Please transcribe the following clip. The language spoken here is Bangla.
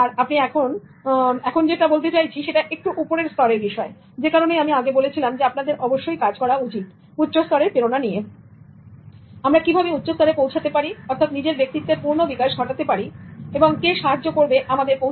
আমি এখন বলতে চাইছি কিছুটা উপরের স্তরের বিষয় সে কারণেই আমি আগে বলেছিলাম আপনাদের অবশ্যই কাজ করা উচিত উচ্চস্তরের প্রেরণা নিয়ে সুতরাং আমরা কিভাবে উচ্চস্তরে পৌঁছাতে পারি অর্থাৎ নিজের ব্যক্তিত্বের পূর্ণ বিকাশ ঘটাতে পারি এবং কে সাহায্য করবে আমাদের সেখানে পৌঁছাতে